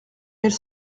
mille